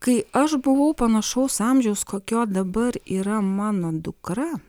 kai aš buvau panašaus amžiaus kokio dabar yra mano dukra